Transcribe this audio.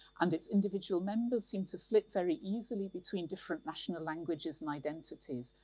and its individual members seem to flit very easily between different national languages and identities.